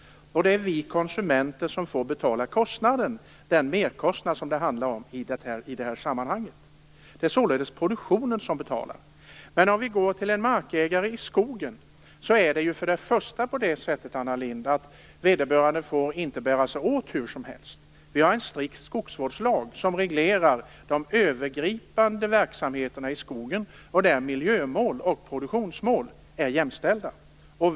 Det är vi konsumenter som får betala den merkostnad som det handlar om i sammanhanget. Det är således produktionen som betalar. För en markägare i skogen gäller till att börja med, Anna Lindh, att vederbörande inte får bära sig åt hur som helst. Vi har en strikt skogsvårdslag som reglerar de övergripande verksamheterna i skogen och där miljömål och produktionsmål är jämställda.